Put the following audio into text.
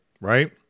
right